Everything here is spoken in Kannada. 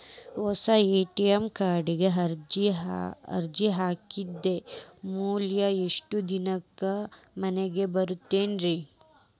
ಹೊಸಾ ಎ.ಟಿ.ಎಂ ಕಾರ್ಡಿಗೆ ಅರ್ಜಿ ಹಾಕಿದ್ ಮ್ಯಾಲೆ ಎಷ್ಟ ದಿನಕ್ಕ್ ಮನಿಗೆ ಬರತೈತ್ರಿ?